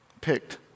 picked